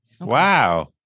Wow